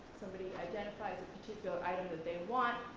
somebody identifies a particular item that they want,